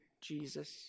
Jesus